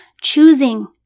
choosing